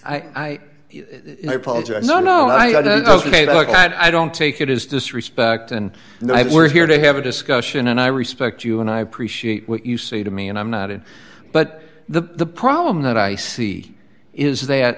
that i don't take it as disrespect and night we're here to have a discussion and i respect you and i appreciate what you say to me and i'm not in but the problem that i see is that